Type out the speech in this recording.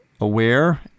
aware